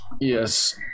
Yes